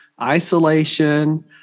isolation